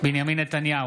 בנימין נתניהו,